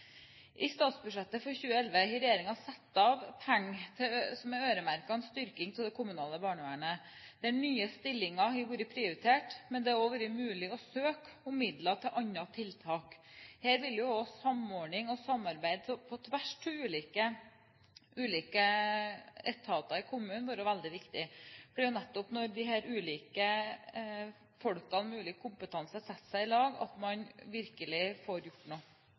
I statsbudsjettet for 2011 har regjeringen satt av penger som er øremerket styrking av det kommunale barnevernet, der nye stillinger har vært prioritert, men det har også vært mulig å søke om midler til andre tiltak. Her vil også samordning og samarbeid på tvers av ulike etater i kommunene være veldig viktig, for det er jo nettopp når disse ulike personene med ulik kompetanse setter seg i lag, at man virkelig får gjort noe.